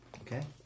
Okay